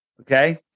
Okay